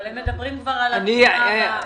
הם מדברים על הפעימה הבאה.